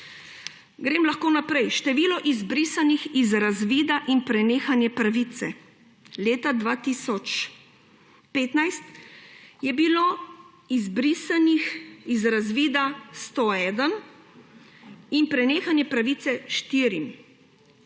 Število izbrisanih iz razvida in prenehanje pravice. Leta 2015 je bilo izbrisanih iz razvida 101 in prenehanje pravice 4.